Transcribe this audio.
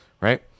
right